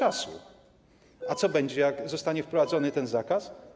A co będzie, jak zostanie wprowadzony ten zakaz?